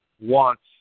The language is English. wants